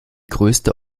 größte